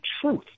truth